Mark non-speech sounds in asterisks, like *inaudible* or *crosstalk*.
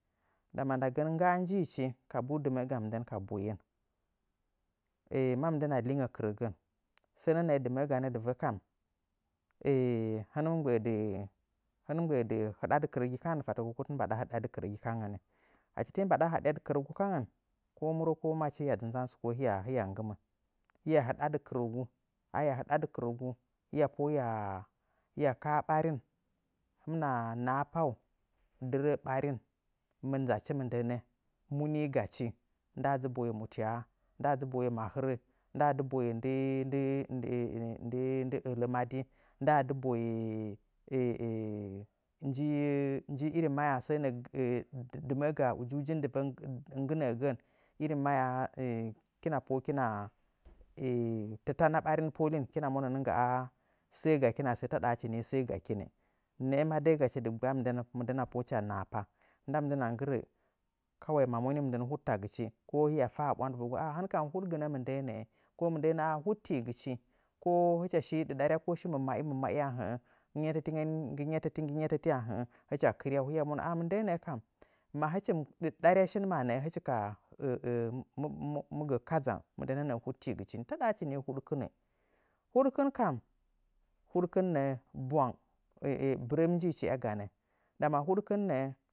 Ndama ndagən, ngga njiichi kabuuu dɨmə əga mɨndən ka boyen *hesitation* ma mɨndən lingə kɨrəgən, sənə nə ə dɨməə ganə dɨrə kam *hesitation* hɨn mɨ hɨn mɨ mgbə'ə dɨ hɨɗadɨ kɨrəgi kangən tatəko ko tɨn mbaɗa hɨɗadɨ kɨrəgi kangən fattəko ko tɨn mbaɗa nɨɗadɨ kɨrəgi kangənnɨ. Achi tii mbaɗa hɨɗadɨ kɨrəgu kangən, ko murəko madɨchi hiya dzɨ nzan zɨkoi hiya nggɨmə. A hiya hɨɗadɨ kɨrəgu hiya pohəə hiya kaa ɓarin hɨmɨna nahapau dɨrə ɓarin, nzachi mɨndənə, mu nii gashi, a ndaa dzɨ boye mutyaya, a ndaa dzy boye mahɨrə, a ndaa dɨ boye ndɨ ndɨ ndɨ *hesitation* ndɨ ələ madi ndaa dɨ boye *hesitation* nji nji irin mahyaa səə nəə dɨmə əga ujiujin divə nggɨ nəəgən nggɨ irin mahyaa hɨkina pohə'ə hɨkina *hesitation* tɨtana ɓarin polin hɨkina monə nɨngga'a səə gakin asəə taɗa hɨchi nii səə gakinnɨ. Nə'ə ma də'ə gashi dɨggba mɨndəna pohə'ə hɨcha nahapa. ndaa mɨndəna nggɨrə kawai ma man mɨndən huɗtagɨchi ko hiya fa a ɓwandɨvəgu "hɨn kam huɗgɨnə mɨndəə nə'ə ko mɨndəə nə'ə huɗtiigɨchi.” ko hɨcha ɗaɗarya ko shi mamma'i a hə'ə nggɨ nyetəti nggɨ nyetəti a hə'ə hɨcha kɨryau hiya monə ah ah mɨndəə nə'ə, ma hɨchi mɨ ɗarya shin ma nə'ə *hesitation* mɨ gə kadzang mɨndənə nə'ə huɗɨiigɨchi. Taɗa hɨchi nii huɗkinɨ. Huɗkɨn kam, huɗkin nə'ə bɨrəm njiichi iyaganə ndama